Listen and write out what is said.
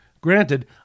Granted